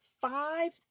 five